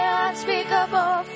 unspeakable